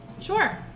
Sure